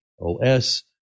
OS